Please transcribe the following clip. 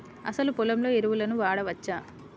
అసలు పొలంలో ఎరువులను వాడవచ్చా?